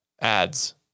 ads